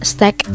Stack